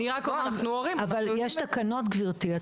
יש תקנות, גברתי.